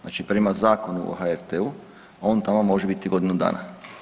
Znači prema Zakonu o HRT-u on tamo može biti godinu dana.